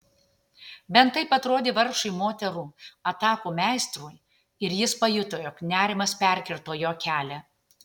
bent taip atrodė vargšui moterų atakų meistrui ir jis pajuto jog nerimas perkirto jo kelią